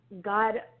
God